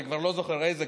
אני כבר לא זוכר איזו,